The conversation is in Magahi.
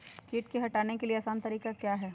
किट की हटाने के ली आसान तरीका क्या है?